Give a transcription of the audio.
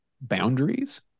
boundaries